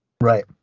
Right